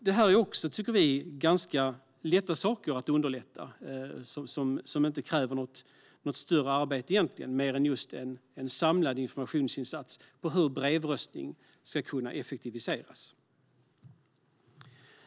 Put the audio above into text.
Vi tycker att detta är ganska lätta saker att åtgärda och underlätta. Det kräver egentligen inte något större arbete utöver en samlad informationsinsats och att man tar itu med hur brevröstningen ska kunna effektiviseras.